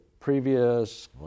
Previous